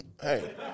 hey